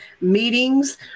meetings